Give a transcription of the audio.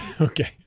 Okay